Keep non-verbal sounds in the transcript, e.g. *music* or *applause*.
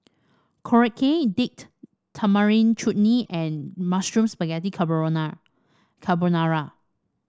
Korokke Date Tamarind Chutney and Mushroom Spaghetti *unintelligible* Carbonara